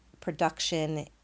production